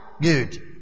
Good